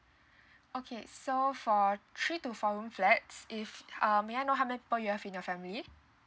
okay so for three to four room flats if uh may I know how many people you have in your family